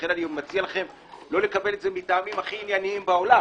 לכן אני מציע לכם לא לקבל את זה מטעמים הכי ענייניים בעולם,